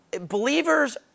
Believers